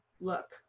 look